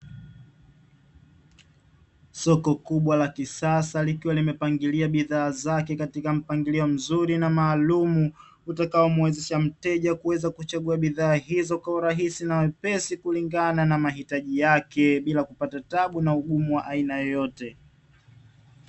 Soko kubwa la kisasa likiwa limepangilia bidha zake katika mpangilio mzuri na maalumu, utakao mwezesha mteja kuweza kuchagua bidhaa hizo kwa urahisi na wepesi, kulingana na mahitaji yake bila kupata tabu na ugumu wa aina yoyote.